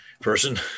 person